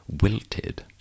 wilted